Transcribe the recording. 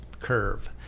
curve